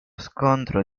scontro